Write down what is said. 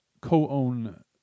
co-own